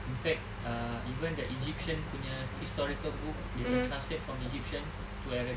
in fact ah even the egyptian punya historical book they can translate from egyptian to arabic